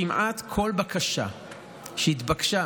כמעט כל בקשה שהתבקשה